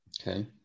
Okay